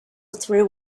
through